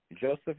Joseph